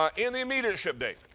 um in the immediate ship date,